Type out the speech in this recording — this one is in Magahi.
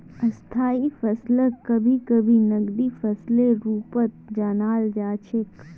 स्थायी फसलक कभी कभी नकदी फसलेर रूपत जानाल जा छेक